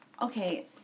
Okay